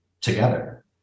together